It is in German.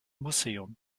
museum